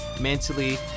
mentally